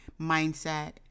mindset